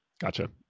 Gotcha